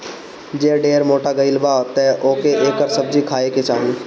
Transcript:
जे ढेर मोटा गइल बा तअ ओके एकर सब्जी खाए के चाही